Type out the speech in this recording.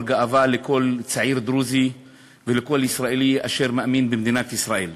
גאווה לכל צעיר דרוזי ולכל ישראלי אשר מאמין במדינת ישראל.